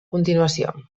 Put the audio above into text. continuació